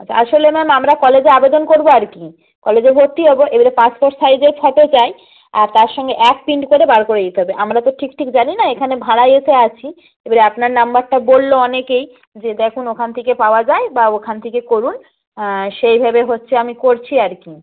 আচ্ছা আসলে ম্যাম আমরা কলেজে আবেদন করবো আর কি কলেজে ভর্তি হবো এবারে পাসপোর্ট সাইজের ফটো চাই আর তার সঙ্গে অ্যাড প্রিন্ট করে বার করে দিতে হবে আমরা তো ঠিকঠিক জানি না এখানে ভাড়ায় এসে আছি এবারে আপনার নাম্বারটা বললো অনেকেই যে দেখুন ওখান থেকে পাওয়া যায় বা ওখান থেকে করুন সেই ভেবে হচ্ছে আমি করছি আর কি